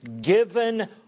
Given